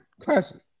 classic